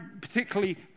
particularly